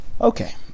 Okay